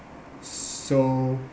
so